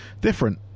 different